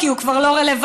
כי הוא כבר לא רלוונטי,